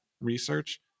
research